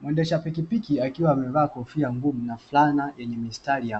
Muendesha pikipiki akiwa amevaa kofia ngumi na flana yenye mistari,